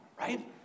right